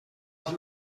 els